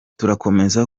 turakomeza